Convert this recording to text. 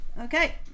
Okay